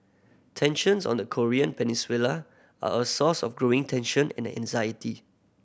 tensions on the Korean Peninsula are a source of growing tension and anxiety